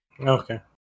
okay